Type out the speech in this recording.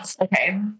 Okay